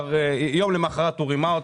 וכבר יום למוחרת הוא רימה,